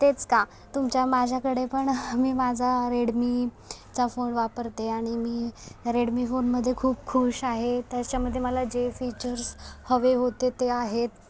तेच का तुमच्या माझ्याकडेपण मी माझा रेडमी चा फोन वापरते आणि रेडमी फोनमध्ये खूप खूश आहे त्याच्यामध्ये मला जे फीचर्स हवे होते ते आहेत